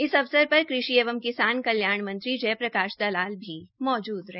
इस अवसर पर कृषि एवं किसान कल्याण मंत्री श्री जयप्रकाश दलाल भी मौजूद रहे